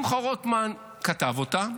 שמחה רוטמן כתב אותה,